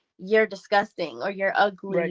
you're disgusting or you're ugly.